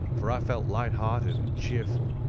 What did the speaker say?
for i felt light-hearted and cheerful.